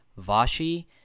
Vashi